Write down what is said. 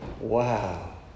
Wow